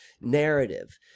narrative